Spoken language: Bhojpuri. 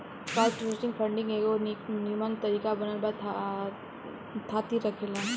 क्राउडसोर्सिंग फंडिंग के एगो निमन तरीका बनल बा थाती रखेला